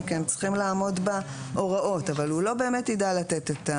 כי הם צריכים לעמוד בהוראות אבל הוא לא באמת ידע לתת,